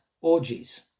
orgies